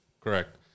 Correct